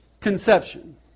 Conception